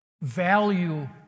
value